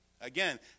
again